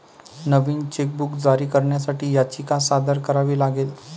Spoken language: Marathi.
नवीन चेकबुक जारी करण्यासाठी याचिका सादर करावी लागेल